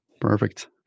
Perfect